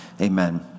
amen